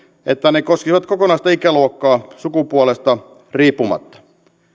että ne koskisivat kokonaista ikäluokkaa sukupuolesta riippumatta